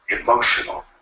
emotional